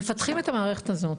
מפתחים את המערכת הזו,